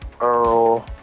Earl